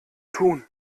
tun